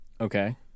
Okay